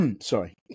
Sorry